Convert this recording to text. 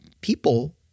people